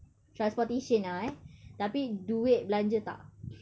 transportation ah eh tapi duit belanja tak